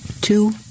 two